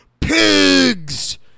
PIGS